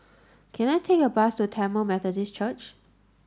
can I take a bus to Tamil Methodist Church